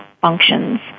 functions